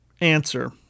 answer